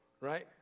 Right